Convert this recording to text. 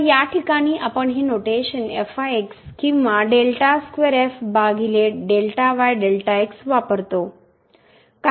तर या ठिकाणी आपण हे नोटेशन किंवा वापरतो